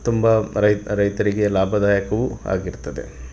ತುಂಬ ರೈತರಿಗೆ ಲಾಭದಾಯಕವೂ ಆಗಿರ್ತದೆ